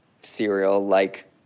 cereal-like